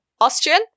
Austrian